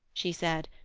she said,